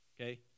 Okay